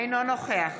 אינו נוכח